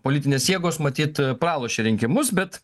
politinės jėgos matyt pralošė rinkimus bet